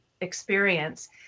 experience